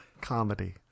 comedy